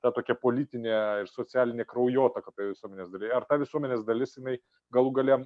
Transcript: ta tokia politinė socialinė kraujotaka toj visuomenės daly ar visuomenės dalis jinai galų gale